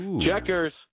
Checkers